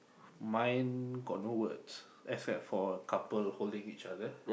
mine got no words except for couple holding each other